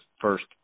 first